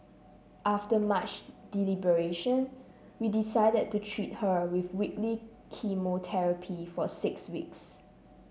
after much deliberation we decided to treat her with weekly chemotherapy for six weeks